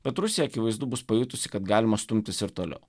bet rusija akivaizdu bus pajutusi kad galima stumtis ir toliau